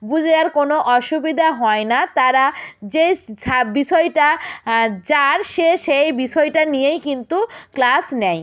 বোঝার কোনো অসুবিধা হয় না তারা যেই সাব বিষয়টা যার সে সেই বিষয়টা নিয়েই কিন্তু ক্লাস নেয়